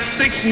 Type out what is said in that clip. six